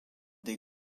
des